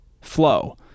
flow